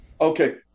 Okay